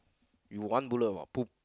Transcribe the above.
you one bullet or two